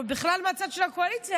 ועוד בכלל מהצד של הקואליציה,